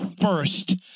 first